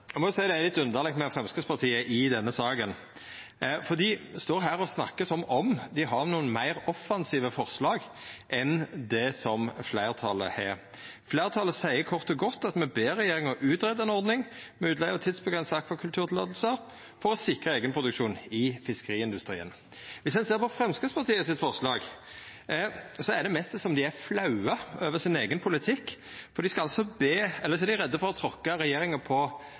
eg må seia det er litt underleg med Framstegspartiet i denne saka, for dei står her og snakkar som om dei har nokre meir offensive forslag enn det fleirtalet har. Fleirtalet seier kort og godt at ein «ber regjeringen om å utrede en ordning med utleie av tidsbegrensede akvakulturtillatelser for å sikre egenproduksjon i fiskeindustrien.» Viss ein ser på forslaget frå Framstegspartiet, er det mest som om dei er flaue over sin eigen politikk eller så er dei redde for å tråkka regjeringa på